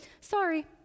Sorry